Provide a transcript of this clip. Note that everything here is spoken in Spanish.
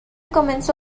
comenzó